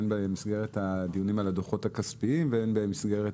הן במסגרת הדיונים על הדוחות הכספיים והן במסגרת